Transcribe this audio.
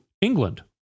England